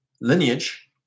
lineage